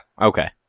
okay